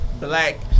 black